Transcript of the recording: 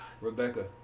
Rebecca